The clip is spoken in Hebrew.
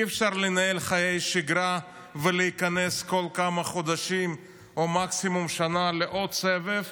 אי-אפשר לנהל חיי שגרה ולהיכנס כל כמה חודשים או מקסימום שנה לעוד סבב,